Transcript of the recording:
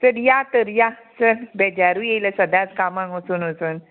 चल या तर या बेजारूय येयलो सदांच कामाक वचून वचून